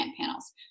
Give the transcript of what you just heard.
panels